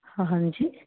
હાજી